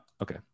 okay